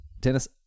Dennis